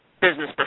business